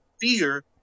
fear